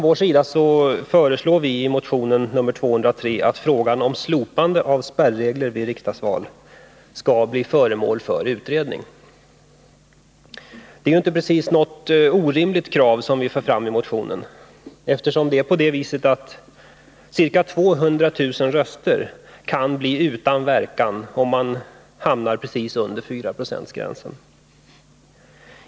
Vpk föreslår i motion 203 att frågan om slopande av spärregler till riksdagsval skall bli föremål för utredning. Det är inte precis något orimligt krav, eftersom ca 200 000 röster kan bli utan verkan om man hamnar precis under 4-procentsgränsen.